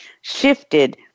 shifted